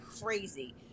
crazy